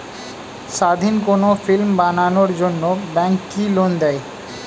স্বাধীন কোনো ফিল্ম বানানোর জন্য ব্যাঙ্ক কি লোন দেয়?